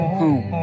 home